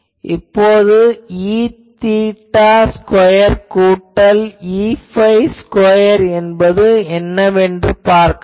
இப்போது Eθ square கூட்டல் Eϕ square என்பது என்னவென்று பார்க்கலாம்